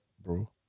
bro